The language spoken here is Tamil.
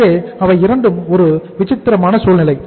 எனவே அவை இரண்டும் ஒரு விசித்திரமான சூழ்நிலை